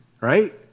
Right